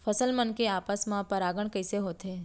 फसल मन के आपस मा परागण कइसे होथे?